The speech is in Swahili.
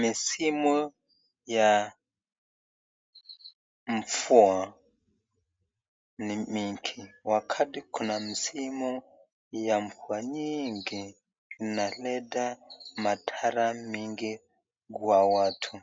Misimu ya mvua ni mingi, wakati kuna msimu ya mvua nyingi inaleta madara mengi kwa watu,